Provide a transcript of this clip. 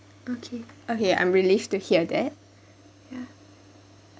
okay okay I'm relieved to hear that ya